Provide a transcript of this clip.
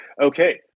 okay